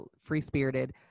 free-spirited